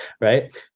right